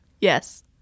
Yes